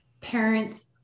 parents